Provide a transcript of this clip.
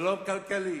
שלום כלכלי,